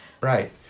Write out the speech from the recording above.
Right